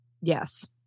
Yes